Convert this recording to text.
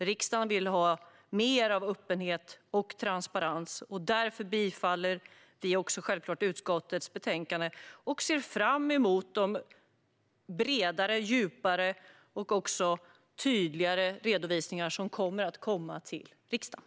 Riksdagen vill ha mer av öppenhet och transparens. Därför yrkar vi självklart bifall till förslaget i utskottets betänkande och ser fram emot de bredare, djupare och tydligare redovisningar som kommer att komma till riksdagen.